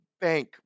bank